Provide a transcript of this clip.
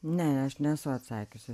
ne aš nesu atsakiusi